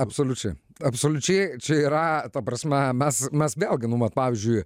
absoliučiai absoliučiai čia yra ta prasme mes mes vėlgi nu vat pavyzdžiui